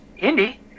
Indy